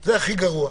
- זה הכי גרוע.